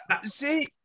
See